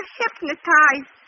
hypnotize